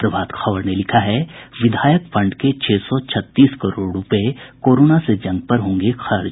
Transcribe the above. प्रभात खबर ने लिखा है विधायक फंड के छह सौ छत्तीस करोड़ रूपये कोरोना से जंग पर होंगे खर्च